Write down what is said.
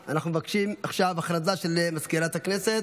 אנחנו מבקשים עכשיו הודעה של מזכירות הכנסת,